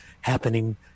happening